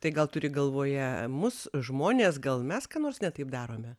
tai gal turi galvoje mus žmones gal mes ką nors ne taip darome